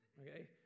okay